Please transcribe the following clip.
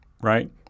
right